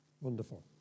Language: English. Wonderful